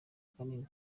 kanini